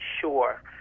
sure